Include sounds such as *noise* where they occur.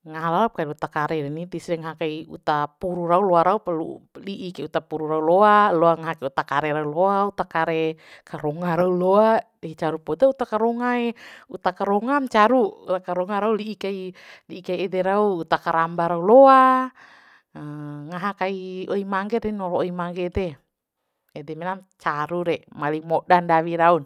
ngaha laop kei uta kare reni tis re ngaha kai uta puru rau loa rau loa raup lu'u *unintelligible* li'i kai uta puru rau loa loa ngaha kai uta kare rau loa uta kare karonga rau *laughs* loa i caru poda uta karongaee uta karongam caru karonga rau li'i kai li'i kai ede rau uta karamba rau loa ngaha kai oi mangge den noro oi mangge de ede menam caru re maling moda ndawi raun